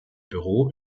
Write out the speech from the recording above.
büro